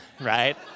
right